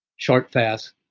short fast,